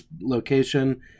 location